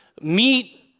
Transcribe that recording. meet